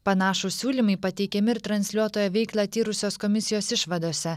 panašūs siūlymai pateikiami ir transliuotojo veiklą tyrusios komisijos išvadose